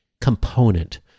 component